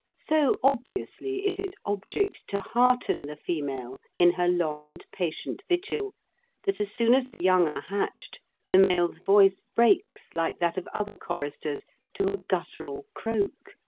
so obviously is its object to hearten the female in her long and patient vigil that as soon as the young are hatched the male's voice breaks like that of other choristers to a guttural croak.